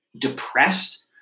depressed